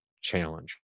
challenge